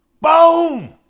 Boom